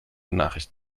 nachricht